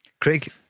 Craig